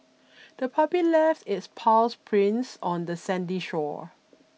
the puppy left its paws prints on the sandy shore